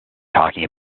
talking